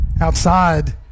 outside